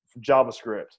JavaScript